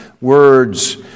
words